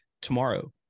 tomorrow